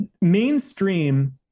mainstream